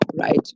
right